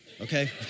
Okay